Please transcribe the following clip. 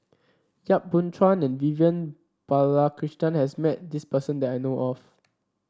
Yap Boon Chuan and Vivian Balakrishnan has met this person that I know of